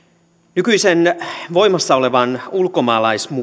nykyisen voimassa olevan ulkomaalaislain